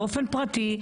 באופן פרטי,